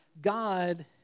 God